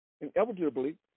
Inevitably